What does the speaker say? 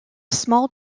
small